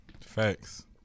Facts